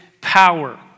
power